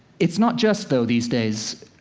it's not just, though, these days,